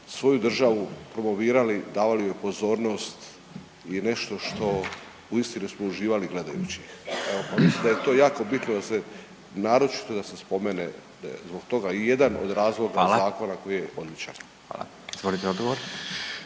svoju državu promovirali, davali joj pozornost i nešto što uistinu smo uživali gledajući. Evo pa mislim da je to jako bitno da se naročito da se spomene zbog toga i jedan od razloga .../Upadica: Hvala./... zakona